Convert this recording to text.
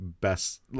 best